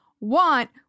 want